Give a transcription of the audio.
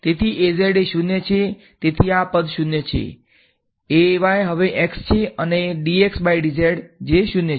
તેથી એ 0 છે તેથી આ પદ 0 છે હવે x છે અને જે 0 છે